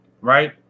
right